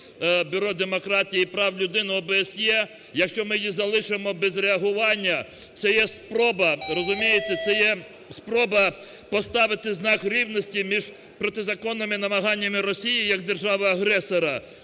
Бюро демократії і прав людини ОБСЄ, якщо ми залишимо її без реагування – це є спроба, розумієте, це є спроба поставити знак рівності між протизаконними намаганнями Росії, як держави-агресора